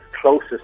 closest